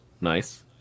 Nice